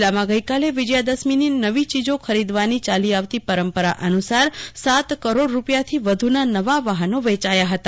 જિલ્લામાં ગઈકાલે વિજયાદશમીના નવીચીજો પેરીદવાની ચાલી આવતી પરંપરા અનુસાર સાત કરોડ ડપિયાથી વધના નવા વાહનો વેચાયા હતા